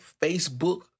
Facebook